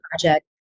project